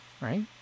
right